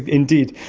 indeed.